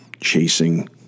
chasing